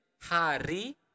hari